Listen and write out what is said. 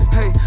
Hey